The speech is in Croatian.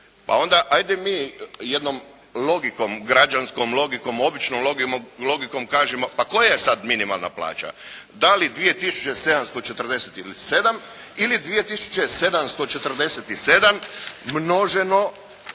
Pa onda 'ajde mi jednom logikom, građanskom logikom, običnom logikom kažimo pa koja je sad minimalna plaća? Da li 2 tisuće 747 ili